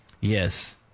Yes